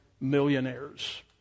millionaires